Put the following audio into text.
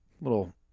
little